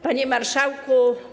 Panie Marszałku!